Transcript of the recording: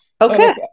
Okay